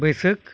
ᱵᱟᱹᱭᱥᱟᱹᱠᱷ